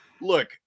Look